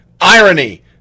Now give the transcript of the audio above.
Irony